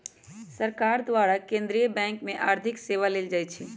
सरकार द्वारा केंद्रीय बैंक से आर्थिक सेवा लेल जाइ छइ